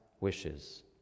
wishes